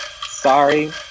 Sorry